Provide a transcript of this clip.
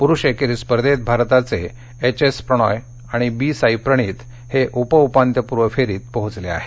पुरुष एकेरी स्पर्धेत भारताचे ए च एस प्रणोय आणि बी साई प्रणीथ हे उप उपांत्य पूर्व फेरीत पोहोचले आहेत